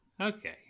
okay